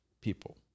people